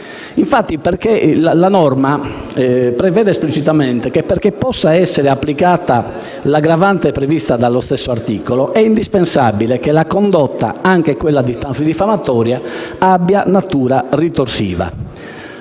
Infatti, la norma prevede esplicitamente che, perché possa essere applicata l'aggravante prevista dall'articolo 3, è indispensabile che la condotta, anche quella diffamatoria, abbia natura ritorsiva: